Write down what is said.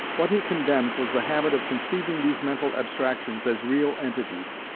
what he condemned was the habit of conceiving these mental abstractions as real entities,